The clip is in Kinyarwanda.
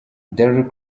dar